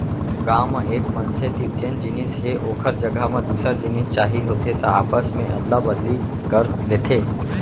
गाँव म एक मनसे तीर जेन जिनिस हे ओखर जघा म दूसर जिनिस चाही होथे त आपस मे अदला बदली कर लेथे